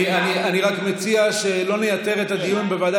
אני רק מציע שלא נייתר את הדיון בוועדה